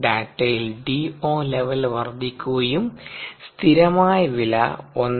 ഡാറ്റയിൽ DO level വർദ്ധിക്കുകയും സ്ഥിരമായ വില 1